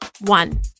one